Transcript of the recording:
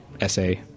essay